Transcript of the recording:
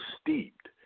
steeped